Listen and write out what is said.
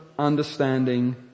understanding